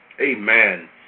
Amen